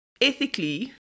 ethically